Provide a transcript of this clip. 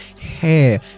hair